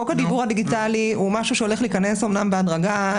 חוק הדיוור הדיגיטלי הוא משהו שהולך להיכנס אמנם בהדרגה,